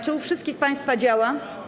Czy u wszystkich państwa działa?